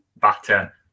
batter